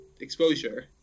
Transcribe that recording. exposure